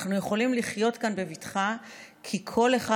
אנחנו יכולים לחיות כאן בבטחה כי כל אחד